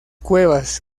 cuevas